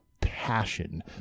passion